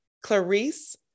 Clarice